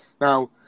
Now